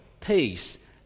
peace